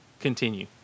continue